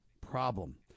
problem